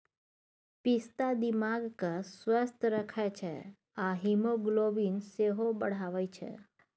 पिस्ता दिमाग केँ स्वस्थ रखै छै आ हीमोग्लोबिन सेहो बढ़ाबै छै